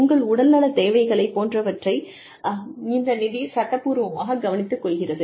உங்கள் உடல்நலத் தேவைகளைப் போன்றவற்றை இந்த நிதி சட்டப்பூர்வமாக கவனித்துக் கொள்கிறது